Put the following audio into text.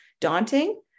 daunting